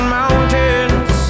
mountains